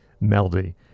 melody